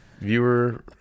viewer